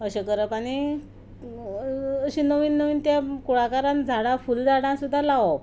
अशें करप आनी अशीं नवीन नवीन त्या कुळागरांत झाडां फूलझाडां सुद्दां लावप